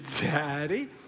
daddy